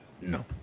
No